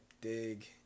dig